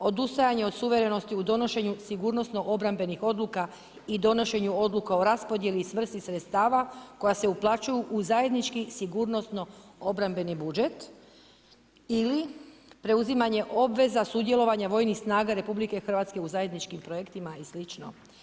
Odustajanje u suvremenosti u donošenju sigurnosno obrambenih odluka i donošenje odluka o raspodijeli i svrsi sredstava koja se uplaćuju u zajednički, sigurnosno obrambeni budžet ili preuzimanje obveze sudjelovanje vojnih snaga RH u zajedničkim projektima i slično?